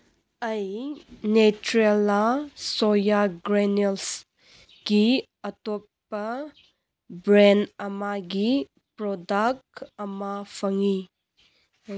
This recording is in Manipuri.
ꯑꯩ ꯅꯦꯆ꯭ꯔꯦꯂꯥ ꯁꯣꯌꯥ ꯒ꯭ꯔꯦꯅꯦꯜꯁꯀꯤ ꯑꯇꯣꯞꯄ ꯕ꯭ꯔꯦꯟ ꯑꯃꯒꯤ ꯄ꯭ꯔꯣꯗꯛ ꯑꯃ ꯐꯪꯉꯤ